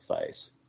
face